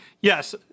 yes